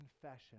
confession